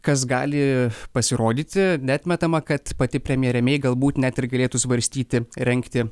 kas gali pasirodyti neatmetama kad pati premjerė mei galbūt net ir galėtų svarstyti rengti